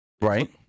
Right